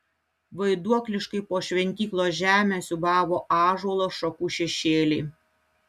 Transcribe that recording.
vaiduokliškai po šventyklos žemę siūbavo ąžuolo šakų šešėliai